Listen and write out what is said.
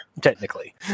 technically